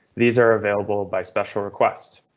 these are available by special request.